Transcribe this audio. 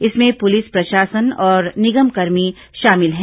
इसमें पुलिस प्रशासन और निगमकर्मी शामिल हैं